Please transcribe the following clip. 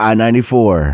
I-94